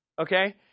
Okay